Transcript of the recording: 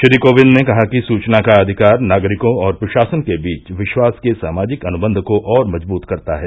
श्री कोविंद ने कहा कि सूचना का अधिकार नागरिकों और प्रशासन के बीच विश्वास के सामाजिक अनुबंध को और मजबूत करता है